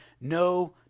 No